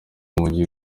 umujyi